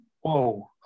whoa